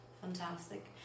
Fantastic